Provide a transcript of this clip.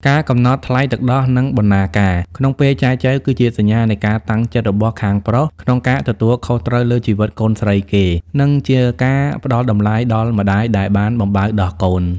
ការកំណត់ "ថ្លៃទឹកដោះ" និង "បណ្ណាការ" ក្នុងពេលចែចូវ គឺជាសញ្ញានៃការតាំងចិត្តរបស់ខាងប្រុសក្នុងការទទួលខុសត្រូវលើជីវិតកូនស្រីគេ និងជាការផ្ដល់តម្លៃដល់ម្ដាយដែលបានបំបៅដោះកូន។